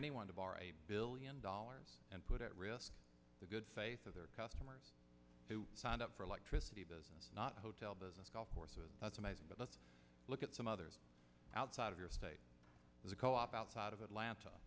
any one of our billion dollar and put at risk the good faith of their customers who signed up for electricity business not hotel business golf courses that's amazing but let's look at some others outside of your state the co op outside of atlanta